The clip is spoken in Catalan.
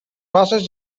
bases